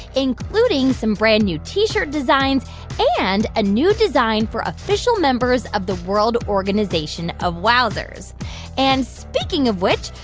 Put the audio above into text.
including some brand-new t-shirt designs and a new design for official members of the world organization of wowzers and speaking of which,